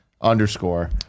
underscore